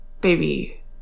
baby